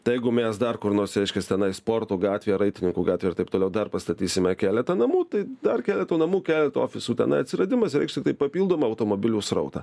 tai jeigu mes dar kur nors reiškias tenai sporto gatvėj ar raitininkų gatvėj ir taip toliau dar pastatysime keletą namų tai dar keleto namų keleto ofisų tenai atsiradimas reikš tiktai papildomą automobilių srautą